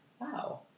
wow